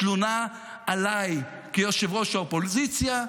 התלונה עליי כראש האופוזיציה,